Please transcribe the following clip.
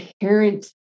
inherent